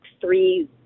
three